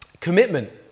Commitment